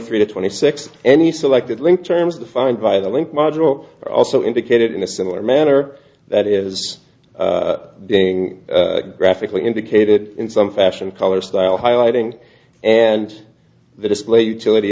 three to twenty six any selected link terms defined by the link module also indicated in a similar manner that is being graphically indicated in some fashion color style highlighting and the display utility